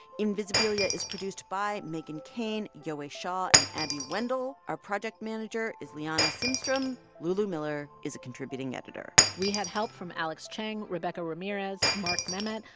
invisibilia is produced by megan kane, yowei shaw and abby wendle. our project manager is liana simstrom. lulu miller is a contributing editor we had help from alex chang, rebecca ramirez, mark memmott,